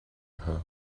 her